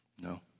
no